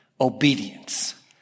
obedience